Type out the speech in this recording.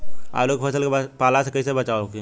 आलू के फसल के पाला से कइसे बचाव होखि?